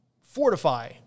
fortify